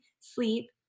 sleep